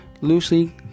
Loosely